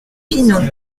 pinon